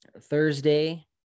Thursday